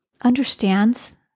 understands